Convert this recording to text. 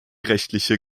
rechtliche